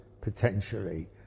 potentially